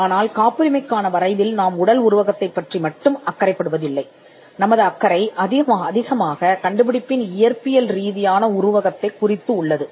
ஆனால் காப்புரிமை வரைவில் நாங்கள் கவலைப்படுகிறோம் உடல் உருவகம் ஆனால் இயற்பியல் உருவக தலைகீழ் கைப்பற்றுவதில் நாங்கள் அதிக அக்கறை கொண்டுள்ளோம்